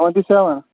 twenty seven